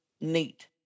neat